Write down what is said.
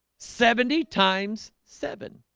seventy times seven